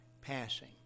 passing